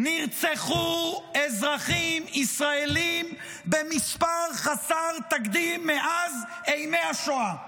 נרצחו אזרחים ישראלים במספר חסר תקדים מאז אֵימֵי השואה,